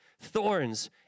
Thorns